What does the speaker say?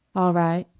all right